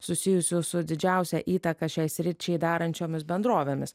susijusių su didžiausią įtaką šiai sričiai darančiomis bendrovėmis